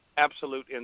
Absolute